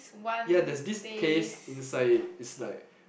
ya there's this taste inside it it's like